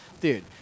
dude